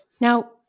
Now-